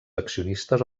accionistes